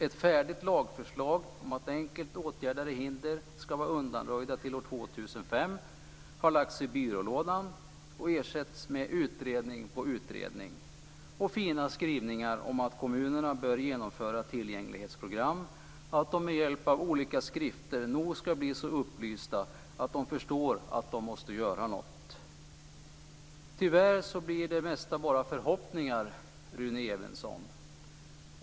Ett färdigt lagförslag om att enkelt åtgärdade hinder skall vara undanröjda till år 2005 har lagts i byrålådan och ersätts med utredning på utredning och fina skrivningar om att kommunerna bör genomföra tillgänglighetsprogram och att de med hjälp av olika skrifter nog skall bli så upplysta att de förstår att de måste göra något. Tyvärr blir det mesta bara förhoppningar, Rune Evensson.